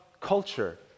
culture